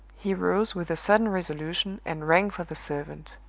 he rose with a sudden resolution, and rang for the servant,